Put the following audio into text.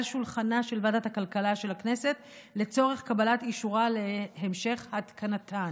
על שולחנה של ועדת הכלכלה של הכנסת לצורך קבלת אישורה להמשך התקנתן.